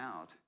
out